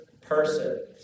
person